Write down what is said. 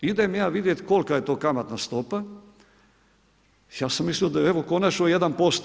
I idem ja vidjeti kolika je to kamatna stopa, ja sam mislio da je evo konačno 1%